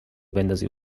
بندازی